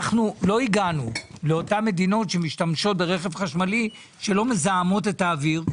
אנחנו לא הגענו לאותן מדינות שמשתמשות ברכב חשמלי שלא מזהמות את האוויר.